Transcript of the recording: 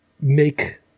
make